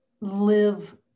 live